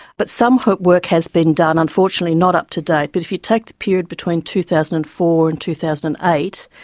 but some work has been done, unfortunately not up to date, but if you take the period between two thousand and four and two thousand and eight,